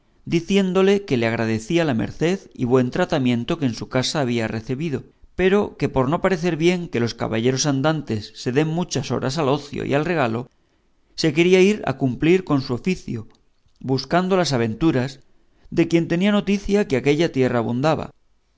diciéndole que le agradecía la merced y buen tratamiento que en su casa había recebido pero que por no parecer bien que los caballeros andantes se den muchas horas a ocio y al regalo se quería ir a cumplir con su oficio buscando las aventuras de quien tenía noticia que aquella tierra abundaba